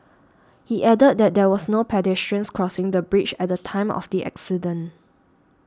he added that there was no pedestrians crossing the bridge at the time of the accident